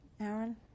Aaron